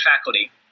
faculty